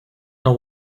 know